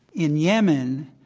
in yemen,